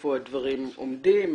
איפה הדברים עומדים,